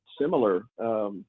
similar